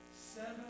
seven